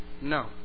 No